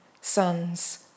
sons